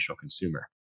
consumer